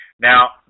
Now